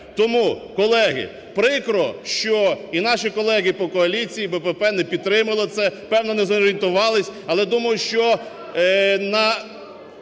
Тому, колеги, прикро, що і наші колеги по коаліції БПП не підтримали це, певно, не зорієнтувалися. Але думаю, що на